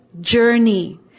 journey